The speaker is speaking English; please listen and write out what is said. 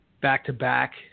back-to-back